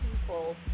people